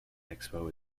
expo